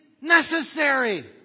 necessary